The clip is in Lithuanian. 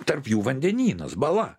tarp jų vandenynas bala